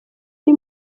ari